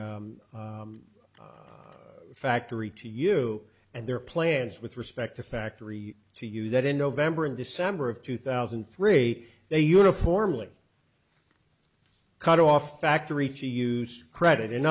the factory to you and their plans with respect to factory to use that in november and december of two thousand and three they uniformly cut off factory to use credit in